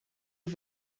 are